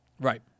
Right